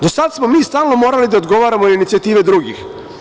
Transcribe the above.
Do sada smo mi stalno morali da odgovaramo na inicijative drugih.